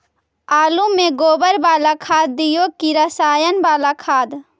आलु में गोबर बाला खाद दियै कि रसायन बाला खाद?